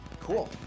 Cool